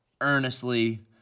earnestly